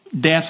Death